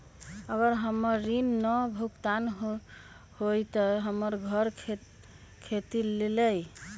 अगर हमर ऋण न भुगतान हुई त हमर घर खेती लेली?